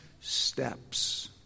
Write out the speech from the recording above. steps